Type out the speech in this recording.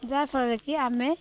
ଯାହା ଫଳରେ କିି ଆମେ